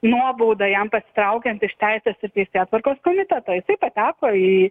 nuobaudą jam pasitraukiant iš teisės ir teisėtvarkos komiteto jisai pateko į